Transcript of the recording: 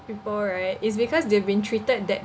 people right is because they've been treated that